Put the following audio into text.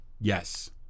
Yes